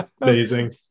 Amazing